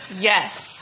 Yes